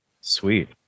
Sweet